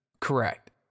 Correct